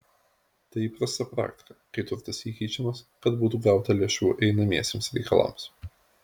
tai įprasta praktika kai turtas įkeičiamas kad būtų gauta lėšų einamiesiems reikalams